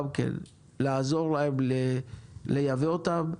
גם כן לעזור להם לייבא אותם,